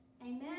Amen